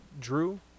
Drew